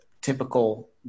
typical